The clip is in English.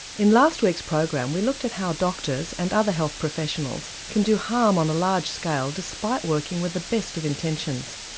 in last week's program we looked at how doctors and other health professionals can do harm on a large scale despite working with the best of intentions.